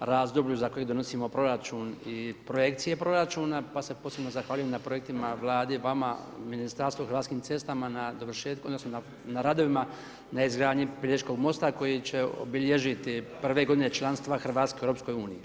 razdoblju za koje donosimo proračun i projekcije proračuna pa se posebno zahvaljujem na projektima Vlade, vama, Ministarstvu, Hrvatskim cestama na dovršetku, odnosno na radovima, na izgradnji Pelješkog mosta koji će obilježiti prve godine članstva Hrvatske Europskoj Uniji.